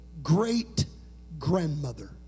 great-grandmother